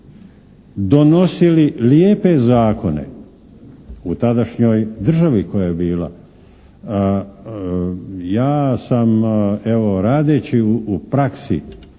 donosili lijepe zakone u tadašnjoj državi koja je bila. Ja sam evo radeći u praksi